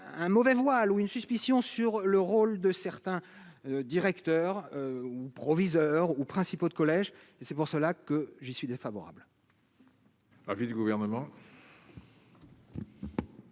un mauvais voile ou une suspicion sur le rôle de certains directeurs ou proviseurs ou principaux de collège et c'est pour cela que j'y suis défavorable. Avis du Gouvernement.